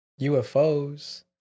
UFOs